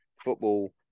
football